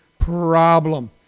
problem